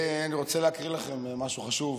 אני רוצה להקריא לכם משהו חשוב.